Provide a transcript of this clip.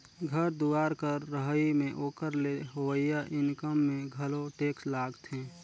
घर दुवार कर रहई में ओकर ले होवइया इनकम में घलो टेक्स लागथें